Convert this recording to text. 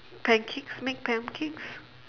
pancakes make pancakes